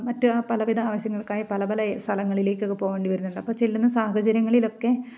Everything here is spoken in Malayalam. മറ്റു പലവിധ ആവശ്യങ്ങൾക്കായി പല പല സലങ്ങളിലേകൊക്കെ പോകേണ്ടി വരുന്നുണ്ട് അപ്പം ചെല്ലുന്ന സാഹചര്യങ്ങളിലൊക്കെ